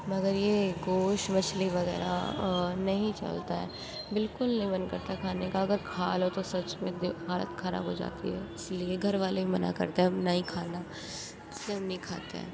مگر یہ گوشت مچھلی وغیرہ نہیں چلتا ہے بالکل نہیں من نہیں کرتا کھانے کا اگر کھالو تو سچ میں حالت خراب ہو جاتی ہے اسی لیے گھر والے بھی منع کرتے ہیں اب نہیں کھانا اس لیے ہم نہیں کھاتے ہیں